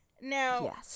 Now